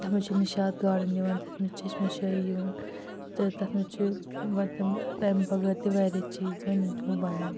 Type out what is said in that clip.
تَتھ منٛز چھِ نِشاط گارڈن یِوان تَتھ منٛز چھِ چٔشمہ شاہی یِوان تہٕ تَتھ منٛز چھِ یوان تِم تَمہِ بَغٲر تہِ واریاہ چیٖز یوان یِم تِمو بَنٲیمتۍ چھِ